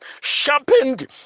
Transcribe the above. sharpened